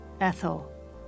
Ethel